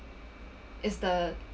is the